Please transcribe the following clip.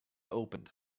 opened